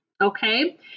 Okay